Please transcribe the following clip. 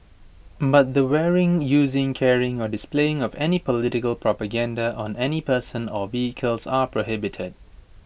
but the wearing using carrying or displaying of any political propaganda on any person or vehicles are prohibited